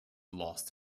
lost